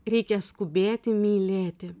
reikia skubėti mylėti